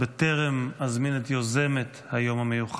טרם אזמין את יוזמת היום המיוחד,